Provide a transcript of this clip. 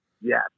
Yes